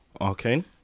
Arcane